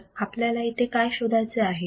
तर आपल्याला इथे काय शोधायचे आहे